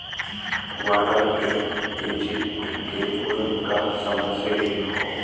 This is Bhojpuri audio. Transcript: वाटर फ्रेम इजिप्ट के पुरनका समय से ही हौ